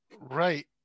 Right